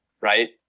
right